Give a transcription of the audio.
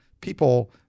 people